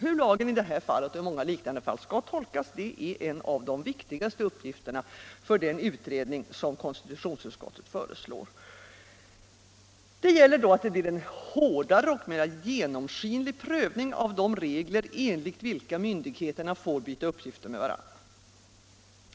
Hur lagen i detta och många liknande fall skall tolkas är en av de viktigaste uppgifterna för den utredning som konstitutionsutskottet föreslår. Det gäller då att det blir en hårdare och mera genomskinlig pröv ning av de regler enligt vilka myndigheterna får byta uppgifter med varandra.